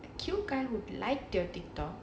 the cute guy who liked your TikTok